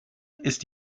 ist